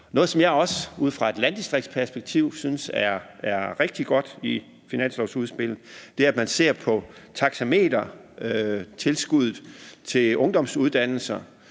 Noget, som jeg også ud fra et landdistriktsperspektiv synes er rigtig godt i finanslovsudspillet, er, at man ser på taxametertilskuddet til ungdomsuddannelser,